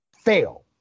fail